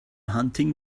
hunting